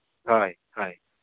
ᱦᱳᱭ ᱦᱳᱭ